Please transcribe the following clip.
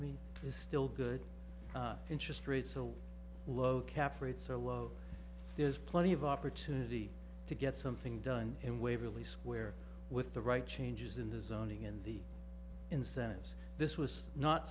is still good interest rates so low caps rates are low there's plenty of opportunity to get something done in waverley square with the right changes in the zoning in the incentives this was not